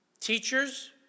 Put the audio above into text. Teachers